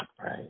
right